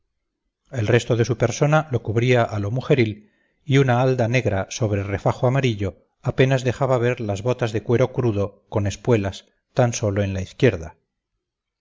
el resto de su persona lo cubría a lo mujeril y una halda negra sobre refajo amarillo apenas dejaba ver las botas de cuero crudo con espuelas tan sólo en la izquierda